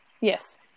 Yes